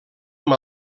amb